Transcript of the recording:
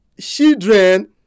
children